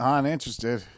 uninterested